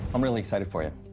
i'm really excited for you,